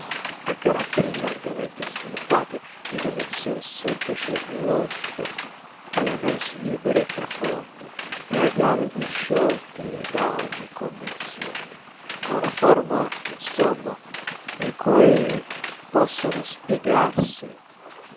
ai caratteri largamente sviluppati in un'azione semplice e logica alle analisi libere e profonde e ai dialoghi sciolti da ogni convenzione a una forma insomma in cui possano spiegarsi